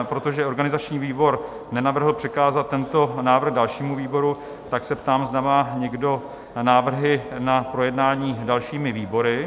Protože organizační výbor nenavrhl přikázat tento návrh dalšímu výboru, tak se ptám, zda má někdo návrhy na projednání dalšími výbory?